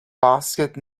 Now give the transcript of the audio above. basket